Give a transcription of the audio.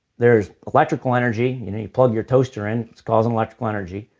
there's electrical energy, you plug your toaster in it's causing electrical energy.